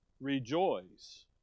rejoice